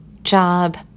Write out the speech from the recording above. Job